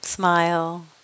smile